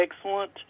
excellent